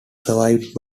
survived